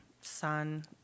Sun